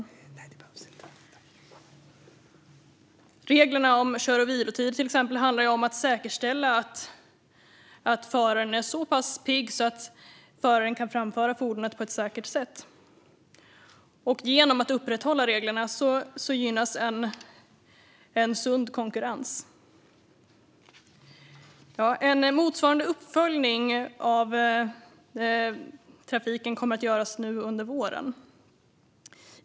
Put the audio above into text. Till exempel handlar reglerna om kör och vilotider om att säkerställa att föraren är så pass pigg att föraren kan framföra fordonet på ett säkert sätt. Genom att upprätthålla reglerna gynnas en sund konkurrens. En motsvarande uppföljning av trafiken kommer att göras nu under våren.